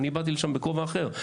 ואני באתי לשם בכובע אחר.